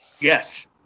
Yes